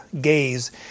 gaze